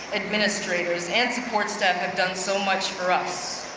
administrators, and support stuff have done so much for us